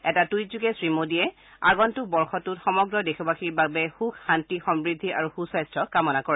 এটা টুইট যোগে শ্ৰীমোদীয়ে আগন্তক বৰ্ষটোত সমগ্ৰ দেশবাসীৰ বাবে সুখ শান্তি সমূদ্ধি আৰু সুস্বাস্থ্য কামনা কৰে